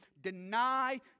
deny